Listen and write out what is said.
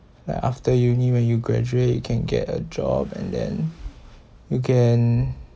like after uni when you graduate you can get a job and then you can